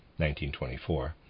1924